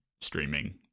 streaming